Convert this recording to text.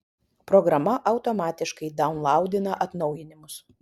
programa automatiškai daunlaudina atnaujinimus